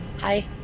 Hi